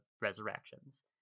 Resurrections